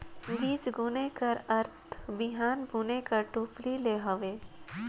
बीजगोनी कर अरथ बीहन बुने कर टोपली ले हवे